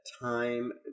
Time